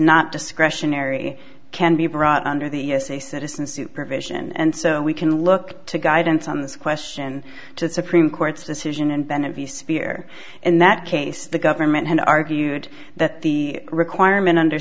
not discretionary can be brought under the as a citizen supervision and so we can look to guidance on this question to the supreme court's decision and then of the spear in that case the government had argued that the requirement under